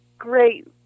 great